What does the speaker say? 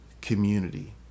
community